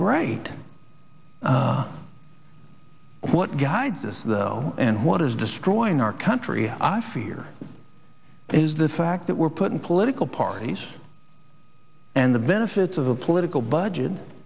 great what guides us though and what is destroying our country i fear is the fact that we're putting political parties and the benefits of the political budget